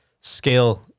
scale